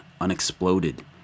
unexploded